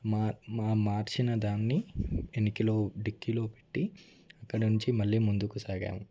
మా మా మార్చిన దాన్ని వెనక డిక్కీలో పెట్టి అక్కడ నుంచి మళ్ళీ ముందుకు సాగాము